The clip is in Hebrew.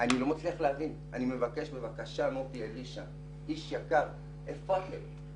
אני מבקש ממוטי אלישע, בבקשה איש יקר, איפה אתם?